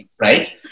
right